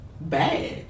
bad